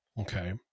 Okay